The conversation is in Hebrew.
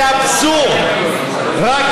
זה אבסורד.